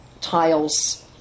tiles